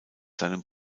seinem